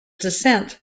dissent